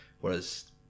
Whereas